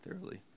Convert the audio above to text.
thoroughly